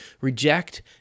reject